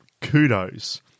Kudos